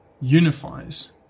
unifies